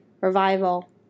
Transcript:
revival